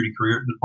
career